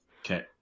Okay